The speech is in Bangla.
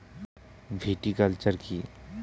ভিটিকালচার কী?